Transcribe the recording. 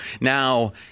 Now